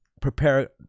prepare